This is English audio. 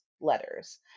letters